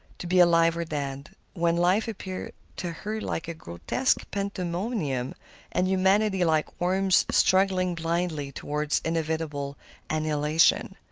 to be alive or dead when life appeared to her like a grotesque pandemonium and humanity like worms struggling blindly toward inevitable annihilation.